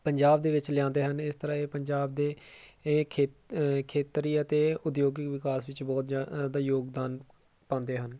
ਪੰਜਾਬ ਦੇ ਵਿੱਚ ਲਿਆਉਂਦੇ ਹਨ ਇਸ ਤਰ੍ਹਾਂ ਪੰਜਾਬ ਦੇ ਇਹ ਖੇ ਖੇਤਰੀ ਅਤੇ ਉਦਯੋਗਿਕ ਵਿਕਾਸ ਵਿੱਚ ਬਹੁਤ ਜ਼ਿਆਦਾ ਯੋਗਦਾਨ ਪਾਉਂਦੇ ਹਨ